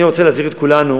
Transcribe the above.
אני רוצה להזהיר את כולנו,